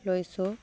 লৈছোঁ